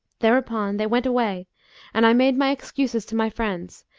thereupon they went away and i made my excuses to my friends,